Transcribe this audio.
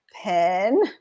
pen